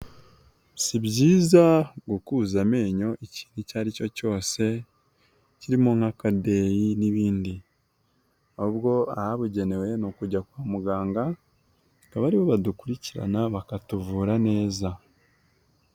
Si byiza gukuza amenyo ikintu icyo ari cyo cyose, kirimo nk'akadeyi n'ibindi, ahubwo ahabugenewe ni ukujya kwa muganga, bakaba ari bo badukurikirana bakatuvura neza.